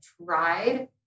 tried